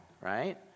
right